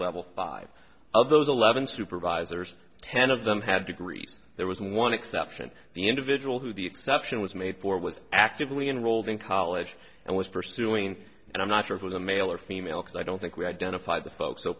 level five of those eleven supervisors ten of them had degrees there was one exception the individual who the exception was made for was actively enrolled in college and was pursuing and i'm not sure it was a male or female because i don't think we identified the folks so